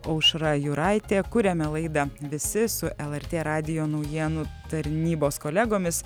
aušra juraitė kuriame laidą visi su lrt radijo naujienų tarnybos kolegomis